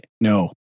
no